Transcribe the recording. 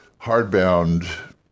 hardbound